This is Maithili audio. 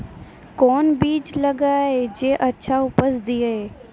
कोंन बीज लगैय जे अच्छा उपज दिये?